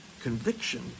conviction